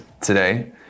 today